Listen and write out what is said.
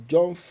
John